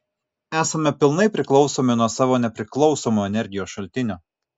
esame pilnai priklausomi nuo savo nepriklausomo energijos šaltinio